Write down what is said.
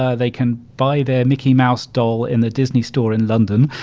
ah they can buy their mickey mouse doll in the disney store in london,